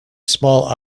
small